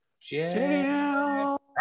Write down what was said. jail